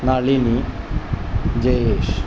Nalini Jayesh